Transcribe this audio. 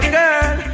girl